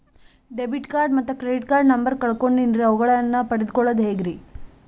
Credit card ಮತ್ತು debit card number ಕಳೆದುಕೊಂಡಿನ್ರಿ ಅವುಗಳನ್ನ ಪಡೆದು ಕೊಳ್ಳೋದು ಹೇಗ್ರಿ?